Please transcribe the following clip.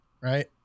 right